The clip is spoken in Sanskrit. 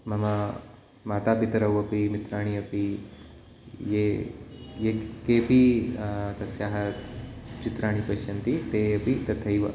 मम मातापितरौ अपि मित्राणि अपि ये ये केपि तस्याः चित्राणि पश्यन्ति ते अपि तथैव